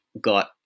got